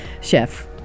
Chef